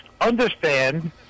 understand